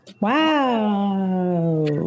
wow